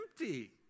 empty